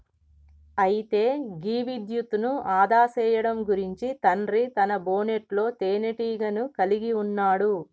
అయితే గీ విద్యుత్ను ఆదా సేయడం గురించి తండ్రి తన బోనెట్లో తీనేటీగను కలిగి ఉన్నాడు